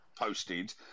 Posted